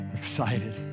excited